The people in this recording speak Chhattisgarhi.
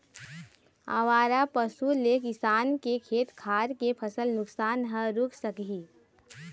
आवारा पशु ले किसान के खेत खार के फसल नुकसान ह रूक सकही